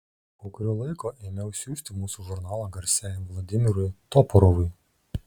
po kurio laiko ėmiau siųsti mūsų žurnalą garsiajam vladimirui toporovui